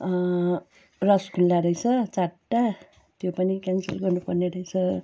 रसगोल्ला रहेछ चारवटा त्यो पनि क्यान्सल गर्नु पर्ने रहेछ